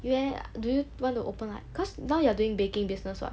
you leh do you want to open what cause now you are doing baking business [what]